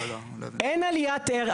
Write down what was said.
אין עליית ערך.